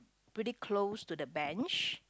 pretty close to the bench